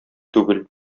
түгел